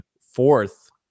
fourth